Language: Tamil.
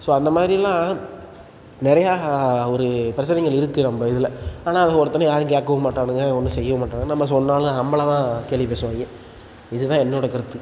ஸோ அந்த மாதிரிலாம் நிறையா ஒரு பிரச்சினைகள் இருக்குது நம்ம இதில் ஆனால் அதை ஒருத்தணும் யாரும் கேட்கவும் மாட்டானுங்க ஒன்றும் செய்யவும் மாட்டானுங்க நம்ம சொன்னாலும் நம்மள தான் கேலி பேசுவாங்க இது தான் என்னோடய கருத்து